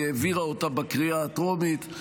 היא העבירה אותה בקריאה הטרומית.